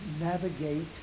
navigate